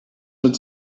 mit